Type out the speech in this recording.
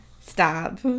stop